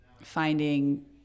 finding